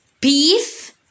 beef